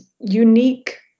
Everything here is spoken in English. unique